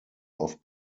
auf